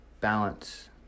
Balance